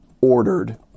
ordered